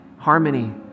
Harmony